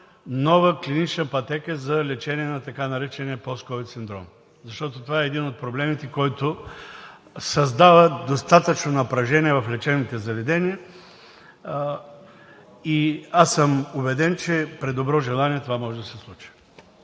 нова клинична пътека за лечение на така наречения постковид синдром? Това е един от проблемите, който създава достатъчно напрежение в лечебните заведения и аз съм убеден, че при добро желание това може да се случи.